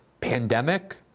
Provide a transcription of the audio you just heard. pandemic